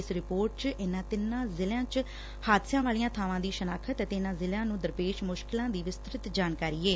ਇਸ ਰਿਪੋਰਟ 'ਚ ਇਨ੍ਸਾਂ ਤਿੰਨਾਂ ਜ਼ਿਲ੍ਨਿਆਂ ਵਿੱਚ ਹਾਦਸਿਆਂ ਵਾਲੀਆਂ ਬਾਵਾਂ ਦੀ ਸ਼ਨਾਖ਼ਤ ਅਤੇ ਇਨ੍ਹਾਂ ਜ਼ਿਲ੍ਹਿਆਂ ਨੂੰ ਦਰਪੇਸ਼ ਮੁਸ਼ਕਿਲਾਂ ਦੀ ਵਿਸੜ੍ਤਿਤ ਜਾਣਕਾਰੀ ਏ